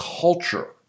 culture